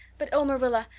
but oh, marilla,